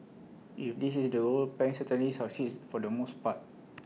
if this is the goal pang certainly succeeds for the most part